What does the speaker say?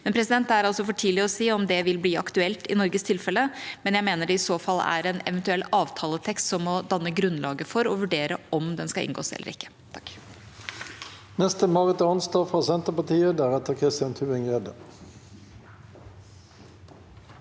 Det er altså for tidlig å si om det vil bli aktuelt i Norges tilfelle, men jeg mener det i så fall er en eventuell avtaletekst som må danne grunnlaget for å vurdere om en frihandelsavtale skal inngås eller ikke. Marit